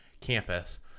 campus